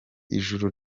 ijuru